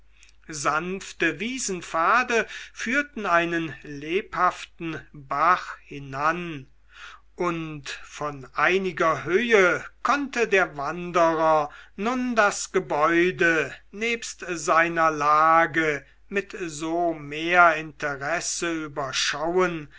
sanfte wiesenpfade führten einen lebhaften bach hinan und von einiger höhe konnte der wanderer nun das gebäude nebst seiner lage mit so mehr interesse überschauen